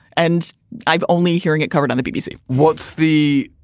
and i've only hearing it covered on the bbc. what's the.